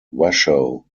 washoe